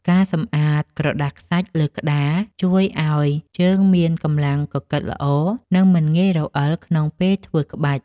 ការសម្អាតក្រដាសខ្សាច់លើក្ដារ ជួយឱ្យជើងមានកម្លាំងកកិតល្អ និងមិនងាយរអិលក្នុងពេលធ្វើក្បាច់។